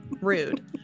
Rude